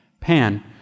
Pan